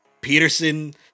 peterson